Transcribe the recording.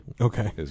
Okay